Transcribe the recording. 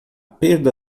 perda